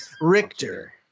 Richter